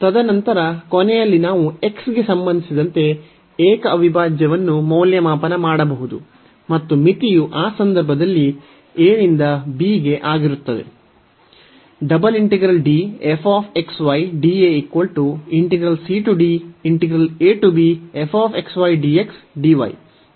ತದನಂತರ ಕೊನೆಯಲ್ಲಿ ನಾವು x ಗೆ ಸಂಬಂಧಿಸಿದಂತೆ ಏಕ ಅವಿಭಾಜ್ಯವನ್ನು ಮೌಲ್ಯಮಾಪನ ಮಾಡಬಹುದು ಮತ್ತು ಮಿತಿಯು ಆ ಸಂದರ್ಭದಲ್ಲಿ a ನಿಂದ b ಗೆ ಆಗಿರುತ್ತದೆ